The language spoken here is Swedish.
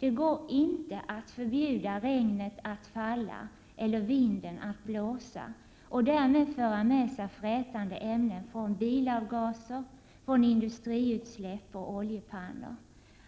Det går inte att förbjuda regnet att falla eller vinden att blåsa och därmed föra med sig frätande ämnen från bilavgaser, industriutsläpp och oljepannor. 131